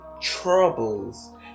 troubles